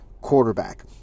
quarterback